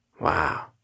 Wow